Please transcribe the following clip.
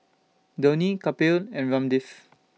Dhoni Kapil and Ramdev